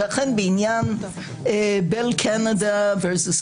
ואכן בעניין אחר, Bell Canada v.